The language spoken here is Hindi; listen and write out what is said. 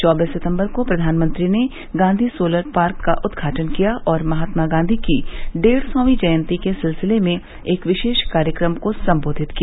चौबीस सितम्बर को प्रधानमंत्री ने गांधी सोलर पार्क का उद्घाटन किया और महात्मा गांधी की डेढ़ सौवीं जयती के सिलसिले में एक विशेष कार्यक्रम को सबोधित किया